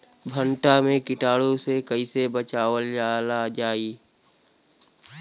भनटा मे कीटाणु से कईसे बचावल जाई?